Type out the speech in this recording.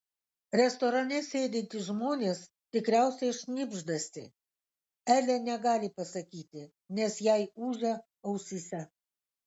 restorane sėdintys žmonės tikriausiai šnibždasi elė negali pasakyti nes jai ūžia ausyse